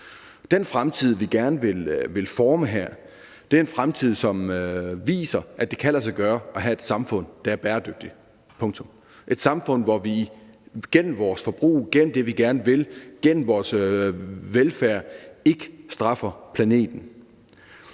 Den fremtid, som vi gerne vil forme, er en fremtid, som viser, at det kan lade sig gøre at have et samfund, der er bæredygtigt – punktum. Det er et samfund, hvor vi igennem vores forbrug, gennem det, vi gerne vil, og gennem vores velfærd ikke straffer planeten.